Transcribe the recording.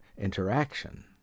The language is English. interaction